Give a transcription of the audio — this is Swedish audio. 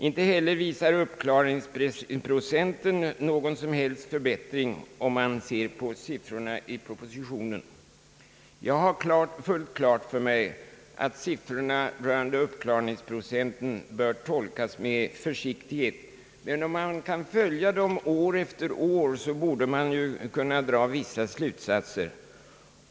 Om man ser på siffrorna i propositionen, finner man att inte heller uppklaringsprocenten visar någon som helst förbättring. Jag har fullt klart för mig, att siffrorna rörande uppklaringsprocenten bör tolkas med försiktighet, men kan man följa dem år efter år, borde man ju kunna dra vissa slutsatser.